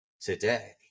today